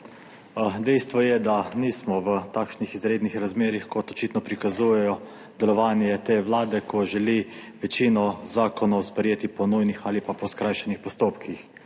Dejstvo je, da nismo v takšnih izrednih razmerah, kot očitno prikazuje delovanje te vlade, ki želi večino zakonov sprejeti po nujnih ali pa po skrajšanih postopkih.